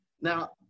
now